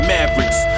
Mavericks